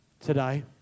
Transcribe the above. today